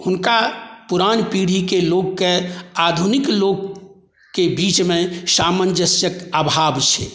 हुनका पुरान पीढ़ीके लोकके आधुनिक लोकके बीचमे सामन्जस्यके अभाव छै